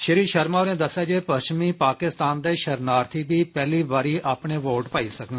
श्री शर्मा होरें दस्सेआ जे पश्चमी पाकिस्तान दे शर्णार्थिएं बी पैहली बारी वोट पाई सकगंन